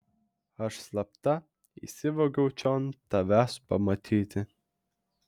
aš slapta įsivogiau čion tavęs pamatyti